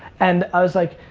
and, i was like,